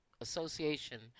Association